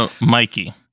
mikey